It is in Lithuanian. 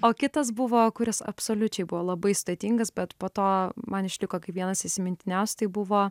o kitas buvo kuris absoliučiai buvo labai sudėtingas bet po to man išliko kaip vienas įsimintiniausių tai buvo